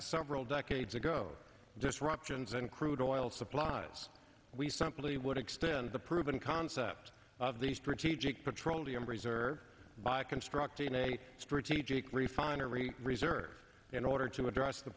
several decades ago disruptions in crude oil supplies we simply would extend the proof and concept of the strategic petroleum reserve by constructing a strategic refinery reserve in order to address the